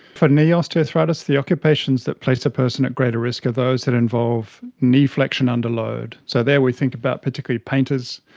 for knee osteoarthritis, the occupations that place a person at greater risk are those involved knee flexion under load. so there we think about particularly painters,